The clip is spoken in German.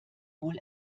wohl